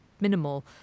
minimal